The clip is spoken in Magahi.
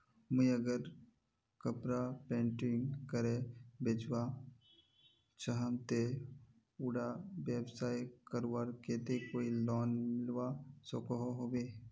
मुई अगर कपड़ा पेंटिंग करे बेचवा चाहम ते उडा व्यवसाय करवार केते कोई लोन मिलवा सकोहो होबे?